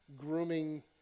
grooming